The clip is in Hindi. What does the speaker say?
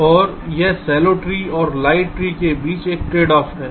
यह उथले ट्री और लाइट ट्री के बीच का ट्रेडऑफ है